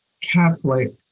Catholic